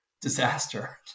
disaster